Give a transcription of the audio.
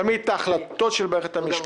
תמיד את ההחלטות של בית המשפט.